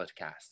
podcast